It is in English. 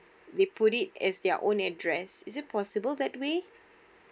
they put it as their own address is it possible that way